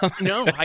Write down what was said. no